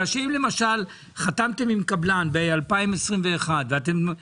שאם למשל חתמתם עם קבלן ב-2021 והתשלום